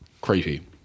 creepy